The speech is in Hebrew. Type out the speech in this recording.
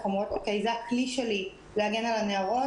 אומרות: "זה הכלי שלי להגן על הנערות,